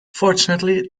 fortunately